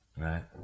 right